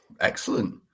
Excellent